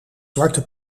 zwarte